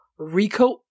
recoat